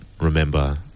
remember